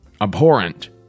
abhorrent